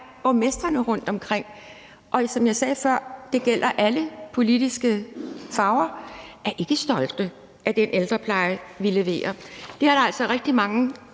borgmestrene rundtomkring – og som jeg sagde før, gælder det alle politiske farver – ikke er stolte af den ældrepleje, vi leverer. Det er der altså rigtig mange